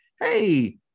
Hey